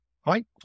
hi